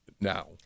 now